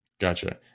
Gotcha